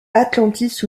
atlantis